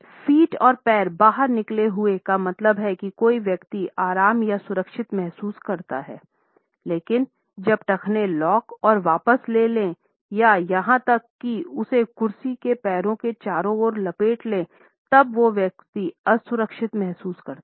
feet और पैर बाहर निकले हुए का मतलब है कि कोई व्यक्ति आराम या सुरक्षित महसूस करता है लेकिन जब टखने लॉक और वापस ले लें या यहां तक कि उसे कुर्सी के पैरों के चारों ओर लपेटें तब वो व्यक्ति असुरक्षित महसूस करता है